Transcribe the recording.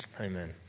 Amen